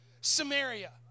Samaria